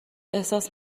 احساس